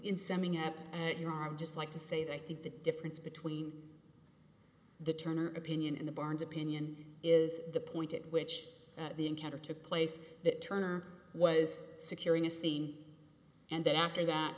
sending up at your are just like to say that i think the difference between the turner opinion in the barnes opinion is the point in which the encounter took place that turner was securing a c and then after that